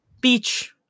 Beach